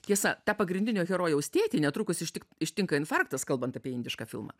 tiesa tą pagrindinio herojaus tėtį netrukus ištik ištinka infarktas kalbant apie indišką filmą